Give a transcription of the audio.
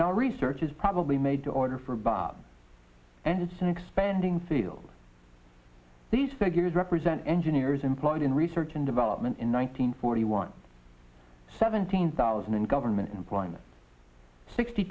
now research is probably made to order for bob and it's an expanding field these figures represent engineers employed in research and development in one thousand nine hundred seventeen thousand and government employment sixty